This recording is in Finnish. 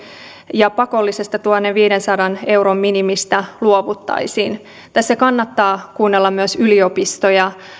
ja pakollisesta tuhannenviidensadan euron minimistä luovuttaisiin tässä kannattaa kuunnella myös yliopistoja